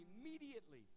immediately